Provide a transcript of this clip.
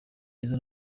jizzo